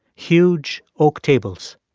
huge oak tables.